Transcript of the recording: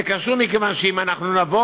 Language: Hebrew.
זה קשור מכיוון שאם אנחנו נבוא